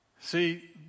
See